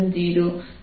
sdss2v2t232 છે